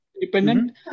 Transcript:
dependent